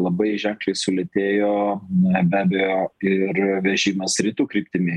labai ženkliai sulėtėjo nebebijo ir vežimas rytų kryptimi